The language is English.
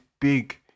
big